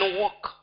walk